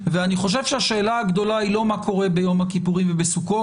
ואני חושב שהשאלה הגדולה היא לא מה קורה ביום הכיפורים ובסוכות.